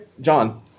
John